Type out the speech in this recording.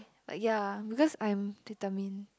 ya because I'm determined